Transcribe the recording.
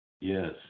yes